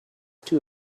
two